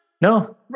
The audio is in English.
no